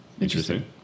Interesting